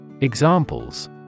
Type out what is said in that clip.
Examples